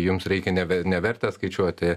jums reikia ne ve ne vertę skaičiuoti